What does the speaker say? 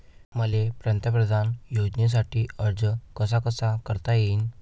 मले पंतप्रधान योजनेसाठी अर्ज कसा कसा करता येईन?